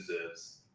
deserves